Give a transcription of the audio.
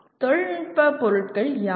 தொழில்நுட்ப பொருட்கள் யாவை